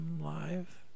live